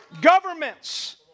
Governments